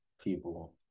people